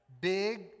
Big